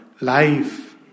Life